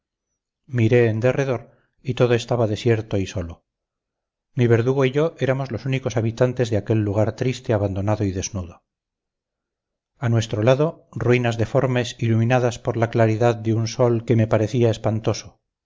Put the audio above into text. en derredor y todo estaba desierto y solo mi verdugo y yo éramos los únicos habitantes de aquel lugar triste abandonado y desnudo a nuestro lado ruinas deformes iluminadas por la claridad de un sol que me parecía espantoso